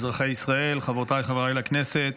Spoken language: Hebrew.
אזרחי ישראל, חברותי וחבריי לכנסת,